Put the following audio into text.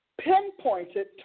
pinpointed